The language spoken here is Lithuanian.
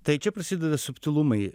tai čia prasideda subtilumai